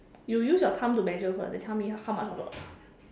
you use your thumb to measure first then tell me how much of your thumb